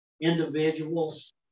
individuals